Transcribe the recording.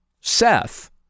Seth